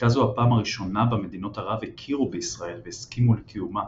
הייתה זו הפעם הראשונה בה מדינות ערב הכירו בישראל והסכימו לקיומה.